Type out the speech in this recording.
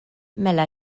mela